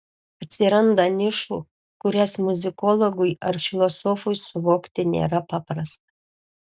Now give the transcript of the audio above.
atsiranda nišų kurias muzikologui ar filosofui suvokti nėra paprasta